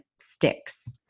sticks